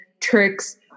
tricks